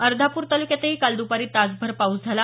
अर्धापूर तालुक्यातही काल द्पारी तासभर पाऊस झाला